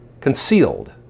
concealed